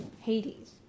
Hades